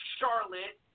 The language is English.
Charlotte